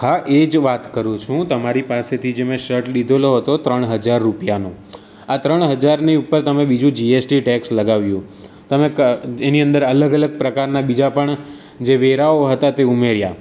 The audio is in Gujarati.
હા એ જ વાત કરું છું તમારી પાસે થી જે મેં શર્ટ લીધેલો હતો ત્રણ હજાર રૂપિયાનો આ ત્રણ હજારની ઉપર તમે બીજું જીએસટી ટેક્સ લગાવ્યું તમે ક એની અંદર અલગ અલગ પ્રકારના બીજા પણ જે વેરાઓ હતા તે ઉમેર્યા